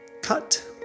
Cut